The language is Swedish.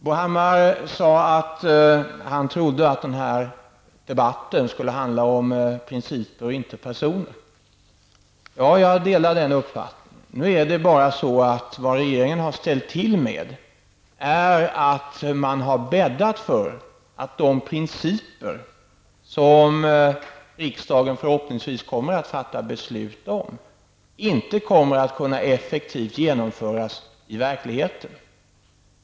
Bo Hammar sade att han ansåg att denna debatt skulle handla om principer och inte personer. Jag delar den uppfattningen. Men det regeringen ställt till med är att man bäddat för att de principer som riksdagen förhoppningsvis kommer att fatta beslut om inte kommer att kunna effektivt genomföras i verkligheten.